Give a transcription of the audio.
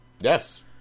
yes